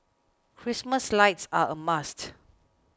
Christmas lights are a must